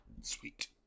Sweet